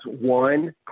One